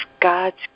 God's